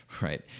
right